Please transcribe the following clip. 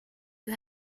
you